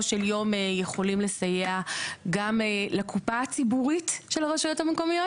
של יום יכולים לסייע גם לקופה הציבורית של הרשויות המקומיות,